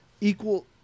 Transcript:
equal